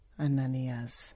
Ananias